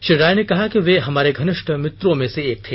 श्री राय ने कहा कि वे हमारे घनिष्ठ मित्रों में से एक थे